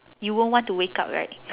you won't want to wake up right